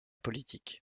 politique